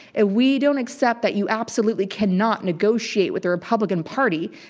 ah we don't accept that you absolutely cannot negotiate with the republican party,